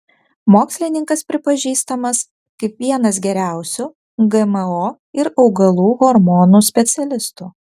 mokslininkas pripažįstamas kaip vienas geriausių gmo ir augalų hormonų specialistų